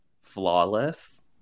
flawless